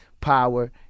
power